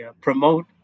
promote